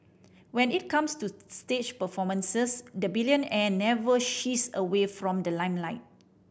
when it comes to stage performances the billionaire never shies away from the limelight